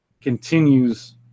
continues